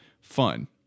fun –